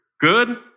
good